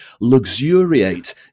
luxuriate